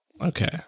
Okay